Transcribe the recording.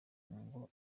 ngo